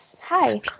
Hi